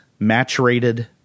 maturated